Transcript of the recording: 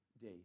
day